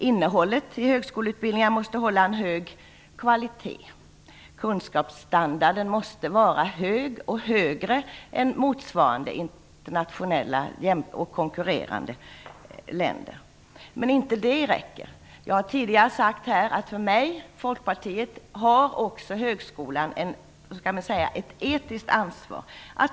Innehållet i högskoleutbildningarna måste hålla en hög kvalitet. Kunskapsstandarden måste vara hög, högre än i konkurrerande länder. Men det räcker inte med detta. Jag har här tidigare sagt att för mig och för Folkpartiet har högskolan också ett etiskt ansvar.